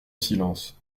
silence